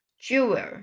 Jewel